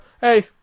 hey